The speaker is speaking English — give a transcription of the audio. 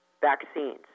vaccines